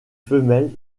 femelles